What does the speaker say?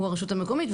הוא הרשות המקומית.